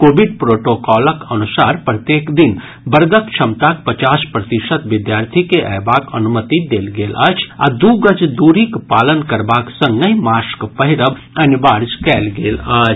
Covid प्रोटोकॉलक अनुसार प्रत्येक दिन वर्गक क्षमताक पचास प्रतिशत विद्यार्थी के अयबाक अनुमति देल गेल अछि आ दू गज दूरीक पालन करब संगहि मास्क पहिरब अनिवार्य कयल गेल अछि